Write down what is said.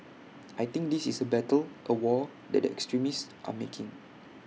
I think this is A battle A war that the extremists are making